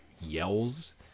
yells